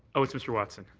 ah it's mr. watson.